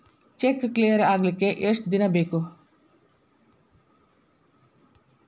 Check clear ಆಗಲಿಕ್ಕೆ ಎಷ್ಟ ದಿನ ಬೇಕು?